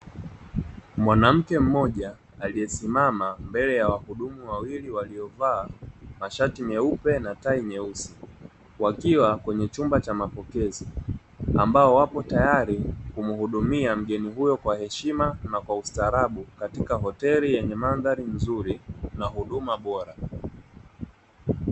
Mwanamke mmoja aliesimama mbele ya wahudumu wawili, waliovaa mashati meupe na tai nyeusi. Wakiwa kwenye chumba cha mapokezi, ambao wapo tayari kumhudumia mgeni huyo kwa heshima na ustaarabu katika hoteli yenye mandhari nzuri na huduma bora.